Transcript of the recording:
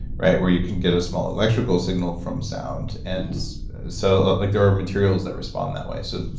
right? where you can get a small electrical signal from sound, and so, like there are materials that respond that way. so,